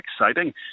exciting